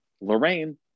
Lorraine